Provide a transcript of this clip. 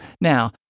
Now